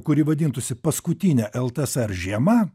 kuri vadintųsi paskutinė ltsr žiema